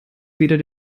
weder